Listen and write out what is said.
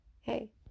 hey